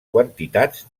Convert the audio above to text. quantitats